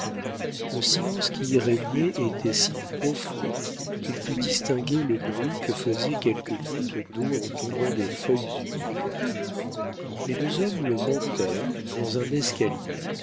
le silence qui y régnait était si profond qu'il put distinguer le bruit que faisaient quelques gouttes d'eau en tombant des feuilles humides les deux hommes le montèrent dans un escalier